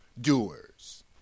doers